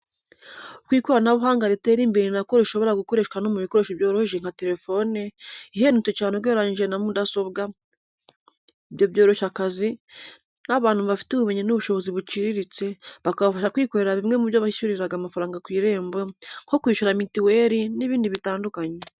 Uko ikoranabuhanga ritera imbere ni na ko rishobora gukoreshwa no mu bikoresho byoroheje nka telefone, ihendutse cyane ugereranyije na mudasobwa, ibyo byoroshya akazi, n'abantu bafite ubumenyi n'ubushobozi buciriritse, bakabasha kwikorera bimwe mu byo bishyuriraga amafaranga ku Irembo, nko kwishyura mitiweli n'ibindi bitandukanye.